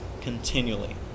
continually